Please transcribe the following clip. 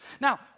Now